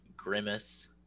Grimace